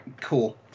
Cool